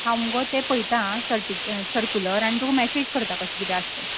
हांव मुगो ते पळयता सर्टी सर्कुलर आनी तुका मॅसेज करता कशें किदें आसा तें